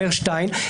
אומר שטיין,